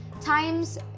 times